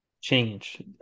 change